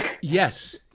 yes